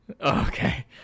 okay